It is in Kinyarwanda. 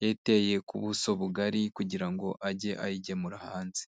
yayiteye ku buso bugari kugira ngo ajye ayigemura hanze.